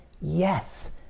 yes